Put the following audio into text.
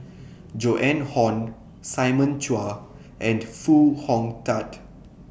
Joan Hon Simon Chua and Foo Hong Tatt